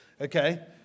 Okay